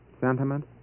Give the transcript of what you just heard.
Sentiment